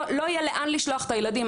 לא יהיה לאן לשלוח את הילדים.